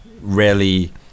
rarely